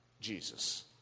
Jesus